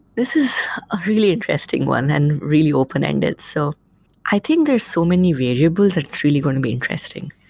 this is a really interesting one and really open-ended. so i think there are so many variables that's really going to be interesting.